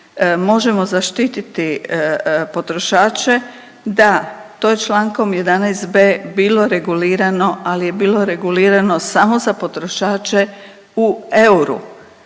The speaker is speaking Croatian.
možemo zaštititi potrošače da to čl. 11.b bilo regulirano, ali je bilo regulirano samo za potrošače u euru,